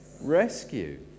Rescue